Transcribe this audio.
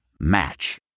Match